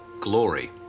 glory